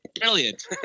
Brilliant